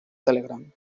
telegram